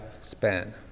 span